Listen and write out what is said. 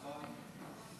נכון.